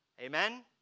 Amen